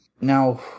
Now